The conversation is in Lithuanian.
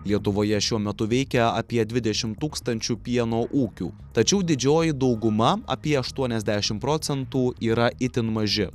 lietuvoje šiuo metu veikia apie dvidešim tūkstančių pieno ūkių tačiau didžioji dauguma apie aštuoniasdešim procentų yra itin maži